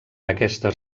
aquestes